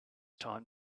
time